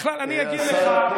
בכלל אני אגיד לך,